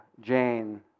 Jane